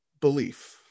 belief